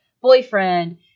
boyfriend